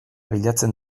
bilatzen